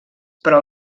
però